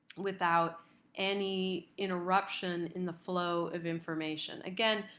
without any interruption in the flow of information. again,